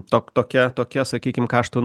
tok tokia tokia sakykim kaštų